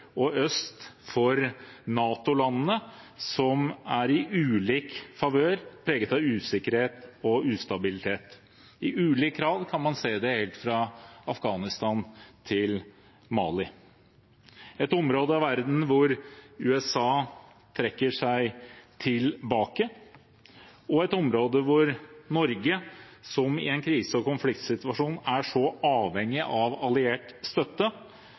og øst for NATO-landene som i ulik grad er preget av usikkerhet og ustabilitet. Man kan se det i ulik grad helt fra Afghanistan til Mali – et område av verden hvor USA trekker seg tilbake, og hvor Norge, som i en krise- og konfliktsituasjon er så avhengig av alliert støtte,